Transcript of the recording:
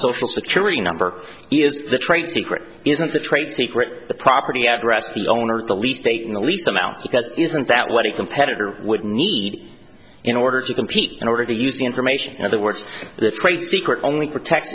social security number is the trade secret isn't the trade secret the property address the owner at the least eight in the least amount because isn't that what a competitor would need in order to compete in order to use the information in other words the trade secret only protect